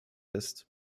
ist